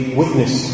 witness